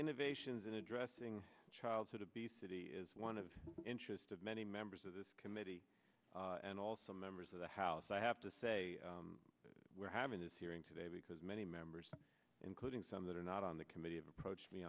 innovations in addressing childhood obesity is one of interest of many members of this committee and also members of the house i have to say we're having this hearing today because many members including some that are not on the committee approached me